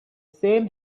same